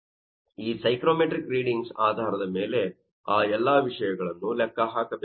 ಆದ್ದರಿಂದ ಈ psychrometrics readings ಆಧಾರದ ಮೇಲೆ ಆ ಎಲ್ಲಾ ವಿಷಯಗಳನ್ನು ಲೆಕ್ಕಹಾಕಬೇಕು